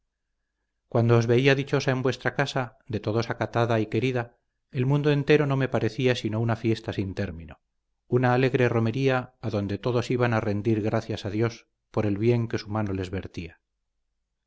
cuando os veía dichosa en vuestra casa de todos acatada y querida el mundo entero no me parecía sino una fiesta sin término una alegre romería a donde todos iban a rendir gracias a dios por el bien que su mano les vertía